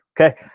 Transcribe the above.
okay